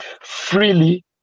Freely